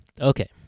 Okay